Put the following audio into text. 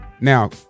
Now